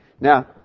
Now